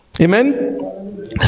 Amen